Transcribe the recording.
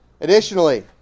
Additionally